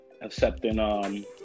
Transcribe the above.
accepting